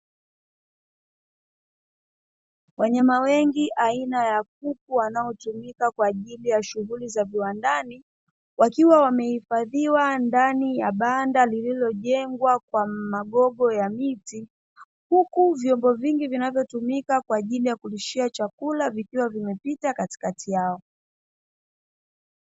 Wanyama wengi aina ya kuku wanaotumika kwa ajili ya shughuli za viwandani, wakiwa wamehifadhiwa ndani ya banda lililojengwa kwa magogo ya miti, huku vyombo vingi vinavyotumika kwa ajili ya kulishia chakula vikiwa vimepita katikati yao.